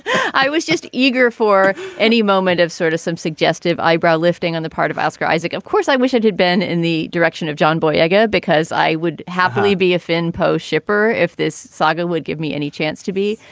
i was just eager for any moment of sort of some suggestive eyebrow lifting on the part of oscar isaac. of course, i wish it had been in the direction of john boyega because i would happily be a fin po shipper if this saga would give me any chance to be.